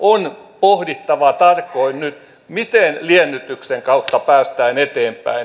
on pohdittava tarkoin nyt miten liennytyksen kautta päästään eteenpäin